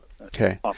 Okay